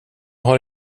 har